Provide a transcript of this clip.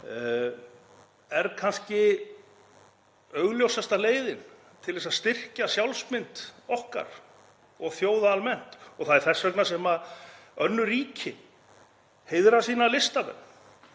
er kannski augljósasta leiðin til að styrkja sjálfsmynd okkar og þjóða almennt. Það er þess vegna sem önnur ríki heiðra sína listamenn